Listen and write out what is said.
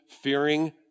fearing